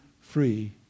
free